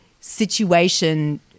situation